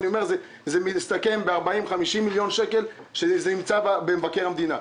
זה מסתכם ב-40 50 מיליון שקל שנמצאים בתקציב משרד מבקר המדינה.